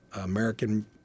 american